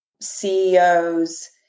CEOs